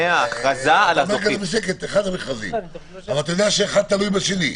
אתה יודע שאחד תלוי בשני.